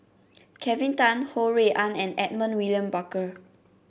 Kelvin Tan Ho Rui An and Edmund William Barker